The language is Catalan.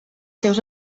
seus